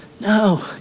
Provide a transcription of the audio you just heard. no